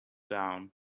down